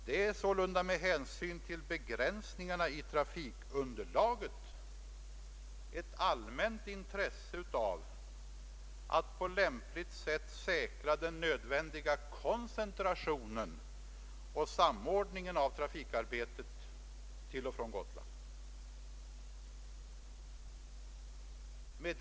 Det är sålunda med hänsyn till begränsningarna i trafikunderlaget ett allmänt intresse att på lämpligt sätt säkra den nödvändiga koncentrationen och samordningen av trafikarbetet till och från Gotland.